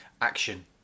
action